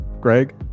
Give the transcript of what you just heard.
Greg